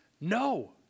No